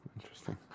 interesting